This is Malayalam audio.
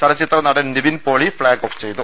ചലച്ചിത്ര നടൻ നിവിൻ പോളി ഫ്ലാഗ് ഓഫ് ചെയ്തു